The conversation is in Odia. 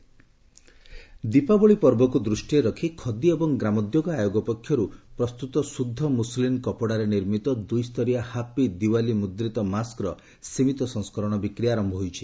ହାପି ଦିୱାଲୀ ମାସ୍କ୍ ଦୀପାବଳି ପର୍ବକୁ ଦୃଷ୍ଟିରେ ରଖି ଖଦି ଏବଂ ଗ୍ରାମୋଦ୍ୟୋଗ ଆୟୋଗ ପକ୍ଷରୁ ପ୍ରସ୍ତୁତ ଶୁଦ୍ଧ ମୁସଲିନ୍ କପଡ଼ାରେ ନିର୍ମିତ ଦୁଇ ସ୍ତରୀୟ 'ହାପି ଦିୱାଲୀ' ମୁଦ୍ରିତ ମାସ୍କର ସୀମିତ ସଂସ୍କରଣ ବିକ୍ରି ଆରମ୍ଭ ହୋଇଛି